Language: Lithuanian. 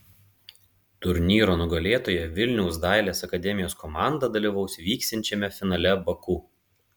turnyro nugalėtoja vilniaus dailės akademijos komanda dalyvaus vyksiančiame finale baku